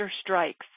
Strikes